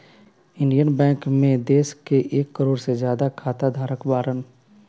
Indian bank मे देश के एक करोड़ से ज्यादा खाता धारक बाड़न